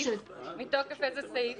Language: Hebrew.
מתוקף איזה סעיף?